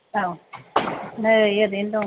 अ नै ओरैनो दं